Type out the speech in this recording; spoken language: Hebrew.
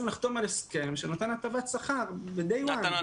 לחתום על הסכם שנותן הטבת שכר מהיום הראשון.